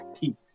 heat